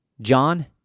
John